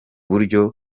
buryo